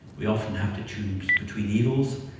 we often have to choose between evils,